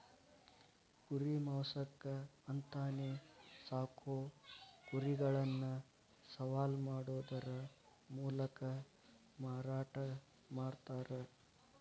ಕುರಿ ಮಾಂಸಕ್ಕ ಅಂತಾನೆ ಸಾಕೋ ಕುರಿಗಳನ್ನ ಸವಾಲ್ ಮಾಡೋದರ ಮೂಲಕ ಮಾರಾಟ ಮಾಡ್ತಾರ